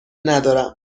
ندارم